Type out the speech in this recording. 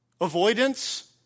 avoidance